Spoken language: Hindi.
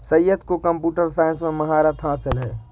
सैयद को कंप्यूटर साइंस में महारत हासिल है